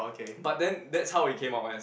but then that's how it came out as